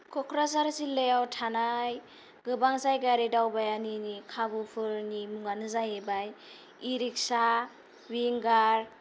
क'क्राझार जिल्लायाव थानाय गोबां जायगायारि दावबायनायनि खाबुफोरनि मुंआनो जाहैबाय इ रिक्सा विंगार